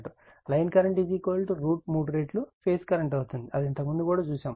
కాబట్టి line current √ 3 రెట్లు phase current అవుతుంది ఇది ఇంతకు ముందు కూడా చూసాము